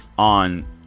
On